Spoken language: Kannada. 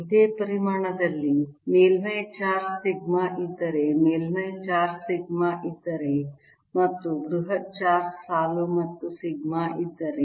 ಇದೇ ಪರಿಮಾಣದಲ್ಲಿ ಮೇಲ್ಮೈ ಚಾರ್ಜ್ ಸಿಗ್ಮಾ ಇದ್ದರೆ ಮೇಲ್ಮೈ ಚಾರ್ಜ್ ಸಿಗ್ಮಾ ಇದ್ದರೆ ಮತ್ತು ಬೃಹತ್ ಚಾರ್ಜ್ ಸಾಲು ಮತ್ತು ಸಿಗ್ಮಾ ಇದ್ದರೆ